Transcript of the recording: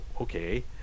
okay